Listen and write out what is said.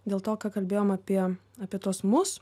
dėl to ką kalbėjom apie apie tuos mus